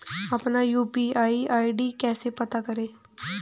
अपना UPI ID कैसे पता करें?